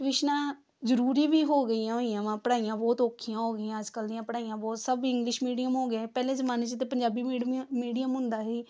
ਟਿਊਸ਼ਨਾਂ ਜ਼ਰੂਰੀ ਵੀ ਹੋ ਗਈਆਂ ਹੋਈਆਂ ਵਾ ਪੜ੍ਹਾਈਆਂ ਬਹੁਤ ਔਖੀਆਂ ਹੋ ਗਈਆਂ ਅੱਜ ਕੱਲ੍ਹ ਦੀਆਂ ਪੜ੍ਹਾਈਆਂ ਬਹੁਤ ਸਭ ਇੰਗਲਿਸ਼ ਮੀਡੀਅਮ ਹੋ ਗਿਆ ਹੈ ਪਹਿਲੇ ਜਮਾਨੇ 'ਚ ਅਤੇ ਪੰਜਾਬੀ ਮੀਡ ਮੀਡੀਅਮ ਹੁੰਦਾ ਸੀ